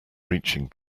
reaching